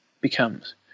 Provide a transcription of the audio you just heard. becomes